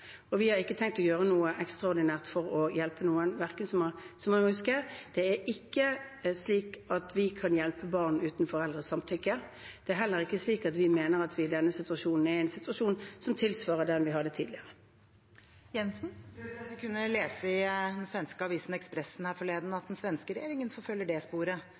Vi har ikke tenkt å gjøre noe ekstraordinært for å hjelpe noen. Som man må huske: Det er ikke slik at vi kan hjelpe barn uten foreldrenes samtykke. Det er heller ikke slik at vi mener at vi i denne situasjonen er i en situasjon som tilsvarer den vi hadde tidligere. Vi kunne lese i den svenske avisen Expressen forleden at den svenske regjeringen forfølger det sporet,